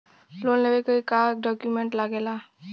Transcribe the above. Loan लेवे के का डॉक्यूमेंट लागेला?